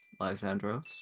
Lysandros